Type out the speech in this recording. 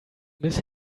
miss